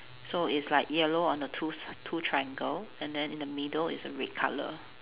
so it's like yellow on the two s~ two triangle and then in the middle it's a red colour